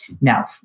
Now